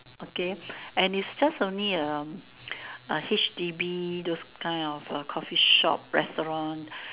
okay and is just only a a H_D_B those kind of a Coffee shop restaurant